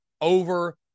over